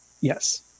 yes